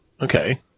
Okay